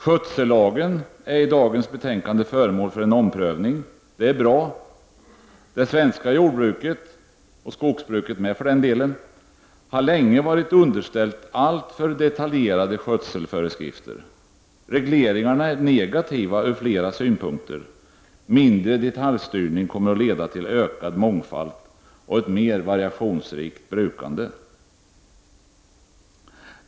Skötsellagen är i dagens betänkande föremål för en omprövning. Det är bra. Det svenska jordbruket — och skogsbruket med för den delen — har länge varit underställt alltför detaljerade skötselföreskrifter. Regleringarna är negativa ur flera synpunkter. Mindre detaljstyrning kommer att leda till ökad mångfald och ett mer variationsrikt brukande.